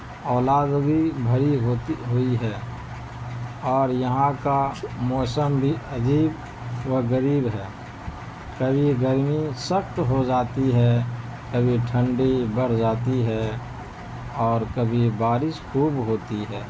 اولادگی بھری ہوتی ہوئی ہے اور یہاں کا موسم بھی عجیب و غریب ہے کبھی گرمی سخت ہو جاتی ہے کبھی ٹھنڈی بڑھ جاتی ہے اور کبھی بارش خوب ہوتی ہے